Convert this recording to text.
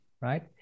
Right